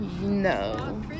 no